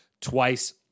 twice